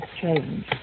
change